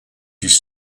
his